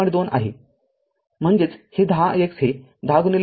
२ आहे म्हणजेचहे १० ix हे १०३